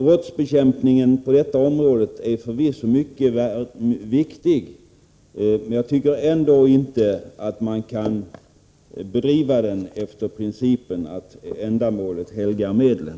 Brottsbekämpningen på detta område är förvisso mycket viktig, men jag tycker ändå inte att man skall bedriva den efter principen att ändamålet helgar medlen.